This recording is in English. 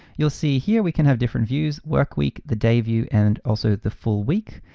you'll see here we can have different views, work week, the day view, and also the full week.